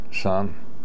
son